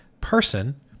person